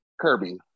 Kirby